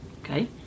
okay